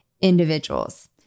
individuals